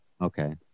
Okay